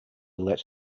let